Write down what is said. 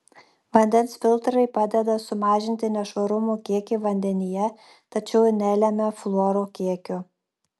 vandens filtrai padeda sumažinti nešvarumų kiekį vandenyje tačiau nelemia fluoro kiekio